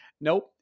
nope